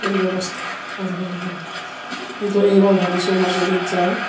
এই ব্যৱস্থা কৰিব লাগিব সেয়েতো এইবাৰ ভাবিছোঁ মাজুলীত যাওঁ